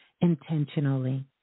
intentionally